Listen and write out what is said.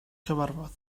cyfarfod